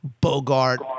Bogart